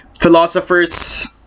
Philosophers